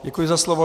Děkuji za slovo.